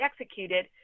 executed